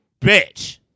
bitch